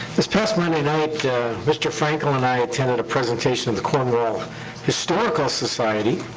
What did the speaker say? this past but and you know ah mr. franklin and i attended a presentation of the cornwall historical society.